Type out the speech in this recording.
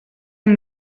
amb